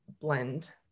blend